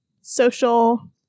social